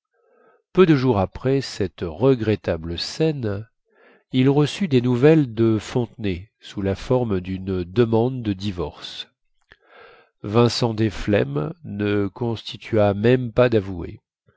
peu de jours après cette regrettable scène il reçut des nouvelles de fontenay sous la forme dune demande de divorce vincent desflemmes ne constitua même pas davoué